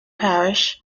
parish